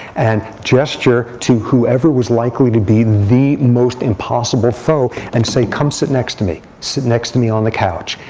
and gesture to whoever was likely to be the most impossible foe, and say, come sit next to me. sit next to me on the couch.